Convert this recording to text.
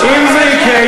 אם זה יקרה,